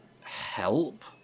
Help